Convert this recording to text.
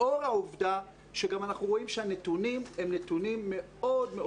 לאור העובדה שאנחנו גם רואים שהנתונים הם נתונים מאוד מאוד